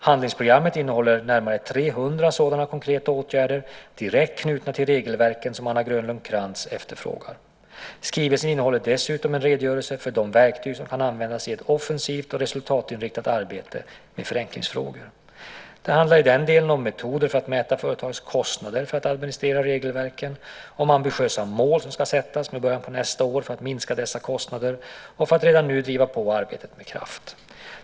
Handlingsprogrammet innehåller närmare 300 sådana konkreta åtgärder direkt knutna till regelverken som Anna Grönlund Krantz efterfrågar. Skrivelsen innehåller dessutom en redogörelse för de verktyg som kan användas i ett offensivt och resultatinriktat arbete med förenklingsfrågor. Det handlar i den delen om metoder för att mäta företagens kostnader för att administrera regelverken, om ambitiösa mål som ska sättas med början nästa år för att minska dessa kostnader och för att redan nu driva på arbetet med kraft.